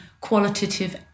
qualitative